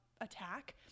attack